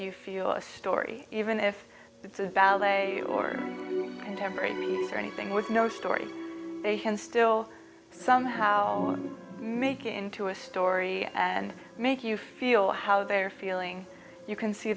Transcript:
you feel a story even if it's a ballet or contemporary music or anything with no story they can still somehow make it into a story and make you feel how they're feeling you can see